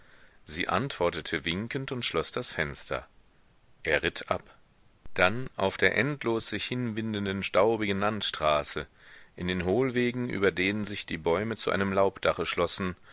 sie antwortete winkend und schloß das fenster er ritt ab dann auf der endlos sich hinwindenden staubigen landstraße in den hohlwegen über denen sich die bäume zu einem laubdache schlossen